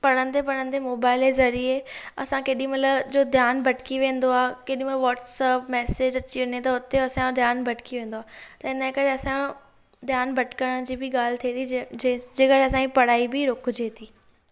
पढ़ंदे पढ़ंदे मोबाइल जे ज़रिए असां केॾी महिल जो ध्यानु भटकी वेंदो आहे केॾी महिल व्हाट्सएप मेसेज अची वञे त उते असांजो ध्यानु भटकी वेंदो आहे त इन करे असांजो ध्यानु भटकण जी बि ॻाल्हि थिए थी जे करे असांजी पढ़ाई बि रुकिजे थी